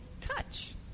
touch